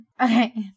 Okay